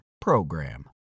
PROGRAM